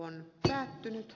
toinen varapuhemies